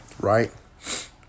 right